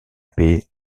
paix